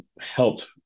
helped